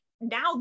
now